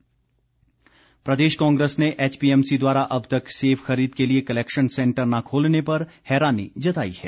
कांग्रेस प्रदेश कांग्रेस ने एचपीएमसी द्वारा अब तक सेब खरीद के लिए कलेक्शन सेंटर ना खोलने पर हैरानी जताई है